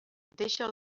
deixa